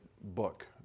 book